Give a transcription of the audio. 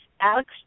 Alex